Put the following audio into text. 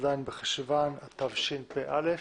ט"ז בחשוון התשפ"א.